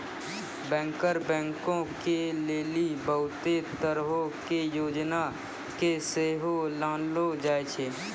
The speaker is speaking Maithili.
बैंकर बैंको के लेली बहुते तरहो के योजना के सेहो लानलो जाय छै